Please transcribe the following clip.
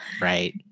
Right